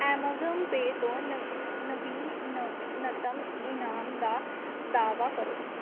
Amazon Pay ਤੋਂ ਨ ਨਵੀਨਤਮ ਇਨਾਮ ਦਾ ਦਾਅਵਾ ਕਰੋ